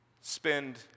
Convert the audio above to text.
Spend